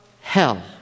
hell